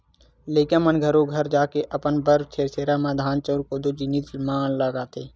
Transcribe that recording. लइका मन घरो घर जाके अपन बर छेरछेरा म धान, चाँउर, कोदो, जिनिस ल मागथे